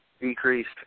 decreased